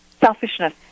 Selfishness